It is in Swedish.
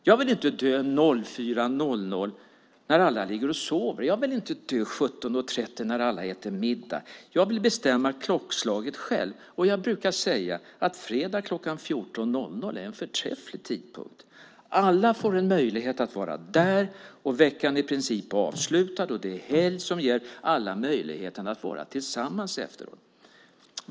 Jag vill inte dö kl. 04.00 när alla ligger och sover. Jag vill inte dö kl. 17.30 när alla äter middag. Jag vill bestämma klockslaget själv, och jag brukar säga att fredag kl. 14.00 är en förträfflig tidpunkt. Alla får en möjlighet att vara där. Veckan är i princip avslutad, och det är helg vilket ger alla möjligheten att vara tillsammans efteråt.